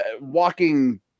walking –